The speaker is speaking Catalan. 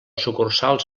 sucursals